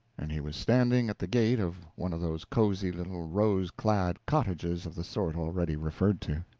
and he was standing at the gate of one of those cozy little rose-clad cottages of the sort already referred to.